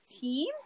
team